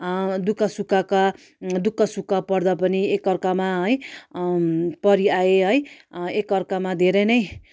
दुःख सुखका दुःख सुख पर्दा पनि एक अर्कामा है परिआए है एक अर्कामा धेरै नै